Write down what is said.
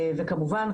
וכמובן,